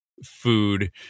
food